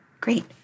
Great